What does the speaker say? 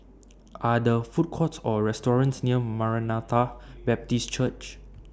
Are The Food Courts Or restaurants near Maranatha Baptist Church